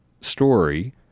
story